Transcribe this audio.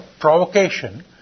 provocation